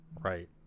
Right